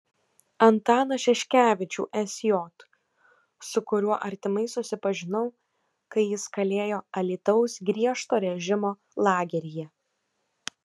antaną šeškevičių sj su kuriuo artimai susipažinau kai jis kalėjo alytaus griežto režimo lageryje